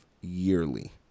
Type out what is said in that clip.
yearly